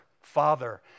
Father